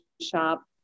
shop